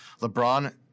LeBron